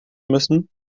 müssen